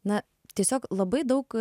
na tiesiog labai daug